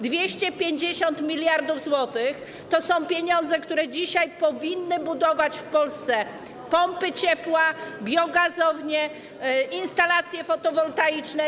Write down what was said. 250 mld zł to są pieniądze, które dzisiaj powinny budować w Polsce pompy ciepła, biogazownie, instalacje fotowoltaiczne.